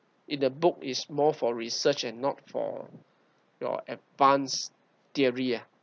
if the book is more for research and not for your advance theory